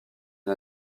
une